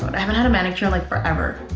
i haven't had a manicure in like forever.